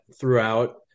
throughout